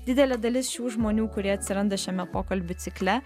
didelė dalis šių žmonių kurie atsiranda šiame pokalbių cikle